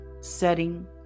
setting